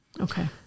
Okay